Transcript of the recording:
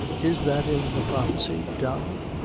is that in the prophecy, donnel?